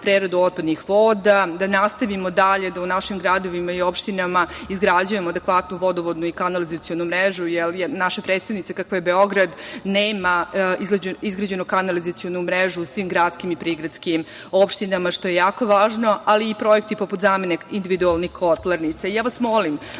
za preradu otpadnih voda, da nastavimo dalje da u našim gradovima i opštinama izgrađujemo adekvatnu vodovodnu i kanalizacionu mrežu, jer naša prestonica kakva je Beograd nema izgrađenu kanalizacionu mrežu u svim gradskim i prigradskim opštinama, što je jako važno ali i projekti poput zamene individualne kotlarnice. Ja